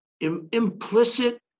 implicit